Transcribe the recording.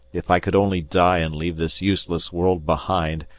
if i could only die and leave this useless world behind,